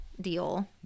deal